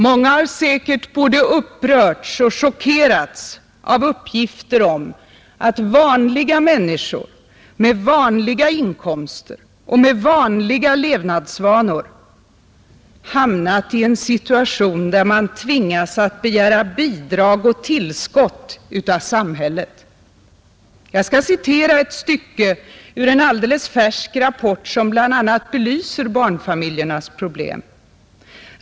Många har säkert både upprörts och chockerats av uppgifter om att ”vanliga” människor med ”vanliga” inkomster och med ”vanliga” levnadsvanor hamnat i en situation, där man tvingas begära bidrag och tillskott av samhället. Jag skall citera ett stycke ur en alldeles färsk rapport, som bl.a. belyser barnfamiljernas problem.